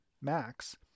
max